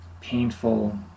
painful